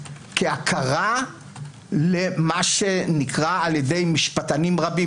כהכרה למה שנקרא על ידי משפטנים רבים,